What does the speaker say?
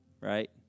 right